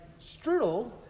Strudel